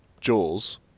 Jaws